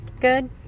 good